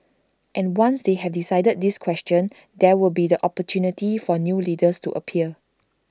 and once they have decided this question there will be the opportunity for new leaders to appear